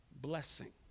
blessing